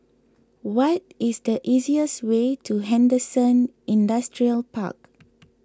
what is the easiest way to Henderson Industrial Park